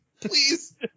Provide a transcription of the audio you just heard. Please